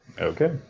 Okay